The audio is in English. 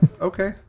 Okay